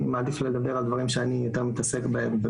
אני מעדיף לדבר על דברים שאני גם מתעסק בהם.